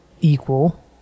equal